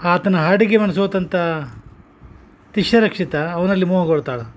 ಆತನ ಹಾಡಿಗೆ ಮನಸೋತಂಥ ತಿಶರಕ್ಷಿತ ಅವನಲ್ಲಿ ಮೋಹಗೊಳ್ತಾಳೆ